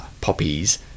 poppies